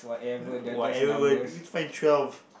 ya whatever you've find twelve